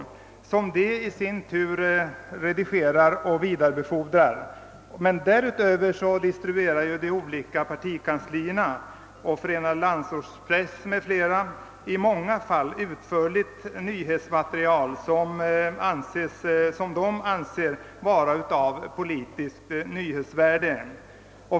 Tidningarnas Telegrambyrå i sin tur redigerar och vidarebefordrar. Dessutom distribuerar de olika partikanslierna, Förenade landsortstidningar m.fl. i många fall utförligt nyhetsmaterial, som de anser ha politiskt nyhetsvärde.